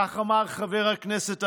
כך אמר חבר הכנסת המכובד,